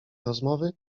rozmowy